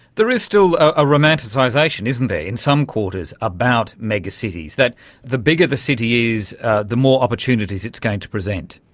there is still a romanticisation, isn't there, in some quarters about megacities, that the bigger the city is the more opportunities it's going to present.